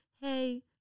hey